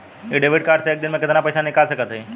इ debit card से एक दिन मे कितना पैसा निकाल सकत हई?